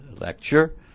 lecture